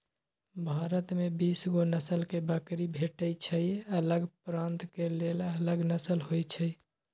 भारत में बीसगो नसल के बकरी भेटइ छइ अलग प्रान्त के लेल अलग नसल होइ छइ